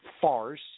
farce